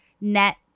net